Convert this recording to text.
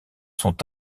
sont